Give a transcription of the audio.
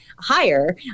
higher